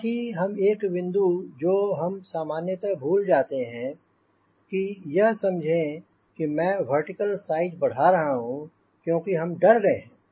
साथ ही हम एक बिंदु जो हम सामान्यता हैं भूल जाते हैं यह समझें कि मैं वर्टिकल साइज बढ़ा रहा हूँ क्योंकि हम डर गए हैं